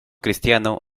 cristiano